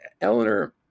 Eleanor